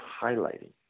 highlighting